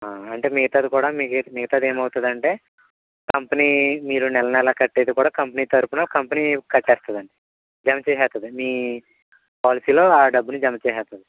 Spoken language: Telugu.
అంటే మిగతాది కూడా మిగతాది ఏమవుతంది అంటే కంపెనీ మీరు నెల నెల కట్టేది కూడా కంపెనీ తరపున కంపెనీ కట్టేస్తుంది అండి జమ చేసేస్తుంది మీ పాలసీలో ఆ డబ్బులు జమ చేసేస్తుంది